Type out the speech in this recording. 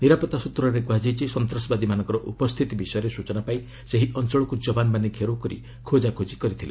ନିରାପତ୍ତା ସୂତ୍ରରେ କୁହାଯାଇଛି ସନ୍ତାସବାଦୀମାନଙ୍କର ଉପସ୍ଥିତି ବିଷୟରେ ସୂଚନା ପାଇ ସେହି ଅଞ୍ଚଳକୁ ଯବାନମାନେ ଘେରାଉ କରି ଖୋକାଖୋଜି କରିଥିଲେ